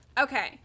Okay